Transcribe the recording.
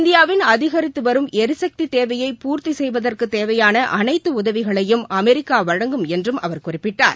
இந்தியாவின் அதிகரித்து வரும் எரிகக்தி தேவையை பூர்த்தி செய்வதற்குத் தேவையான அளைத்து உதவிகளையும் அமெரிக்கா வழங்கும் என்றும் அவர் குறிப்பிட்டார்